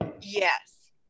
Yes